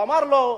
ואמר לו: